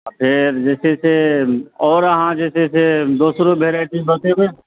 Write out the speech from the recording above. फेर जे छै से आओर अहाँ जे छै से दोसरो वेराइटी बतेबै ने